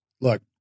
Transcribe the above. Look